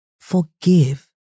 Forgive